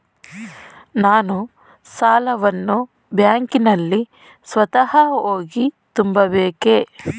ನಾನು ಸಾಲವನ್ನು ಬ್ಯಾಂಕಿನಲ್ಲಿ ಸ್ವತಃ ಹೋಗಿ ತುಂಬಬೇಕೇ?